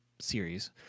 series